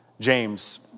James